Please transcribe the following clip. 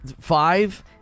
five